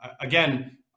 again